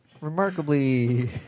remarkably